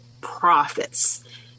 profits